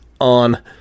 on